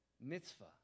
mitzvah